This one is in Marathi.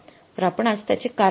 तर आपणास त्याचे कारण शोधावे लागेल